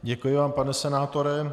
Děkuji vám, pane senátore.